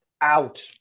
out